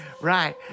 Right